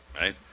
right